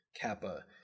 Kappa